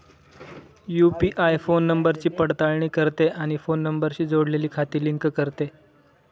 UPI phone नंबरची पडताळणी करते आणि फोन नंबरशी जोडलेली खाती लिंक करते